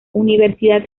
universidad